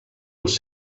els